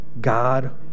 God